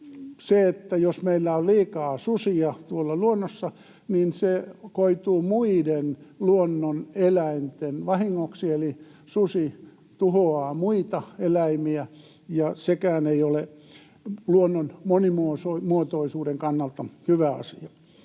jos meillä on liikaa susia tuolla luonnossa, koituu muiden luonnoneläinten vahingoksi, eli susi tuhoaa muita eläimiä, ja sekään ei ole luonnon monimuotoisuuden kannalta hyvä asia.